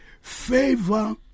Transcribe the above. Favor